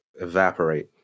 evaporate